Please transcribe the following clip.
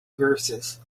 verses